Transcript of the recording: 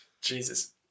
Jesus